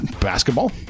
basketball